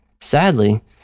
Sadly